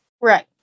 right